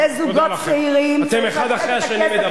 תודה לכם, אתם האחד אחרי השני.